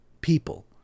people